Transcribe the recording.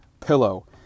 pillow